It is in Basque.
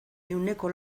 ehuneko